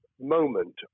moment